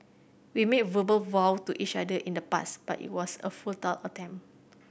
we made verbal vow to each other in the past but it was a futile attempt